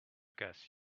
guess